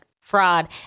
fraud